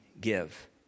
give